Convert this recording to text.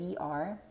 vr